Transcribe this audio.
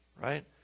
right